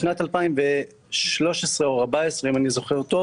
בשנת 2013 או 2014 אם אני זוכר טוב,